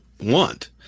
want